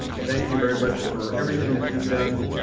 thank you very much for everything that you've done.